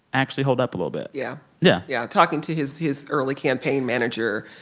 actually, hold up a little bit yeah yeah yeah talking to his his early campaign manager,